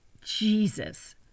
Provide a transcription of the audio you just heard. Jesus